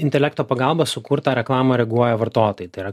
intelekto pagalba sukurtą reklamą reaguoja vartotojai tai yra